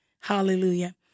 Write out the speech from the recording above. Hallelujah